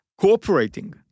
cooperating